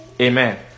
Amen